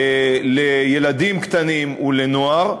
לילדים קטנים ולנוער,